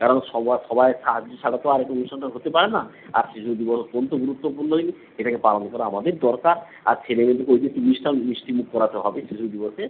কারণ সবা সবাইয়ের সাহায্য ছাড়া তো অনুষ্ঠানটা হতে পারে না আজকে যদি বলো গুরুত্বপূর্ণ দিন এটাকে পালন করা আমাদের দরকার আর ছেলে মেয়েদেরকে ওই যে তিরিশটা মিষ্টিমুখ করাতে হবে শিশু দিবসে